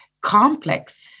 complex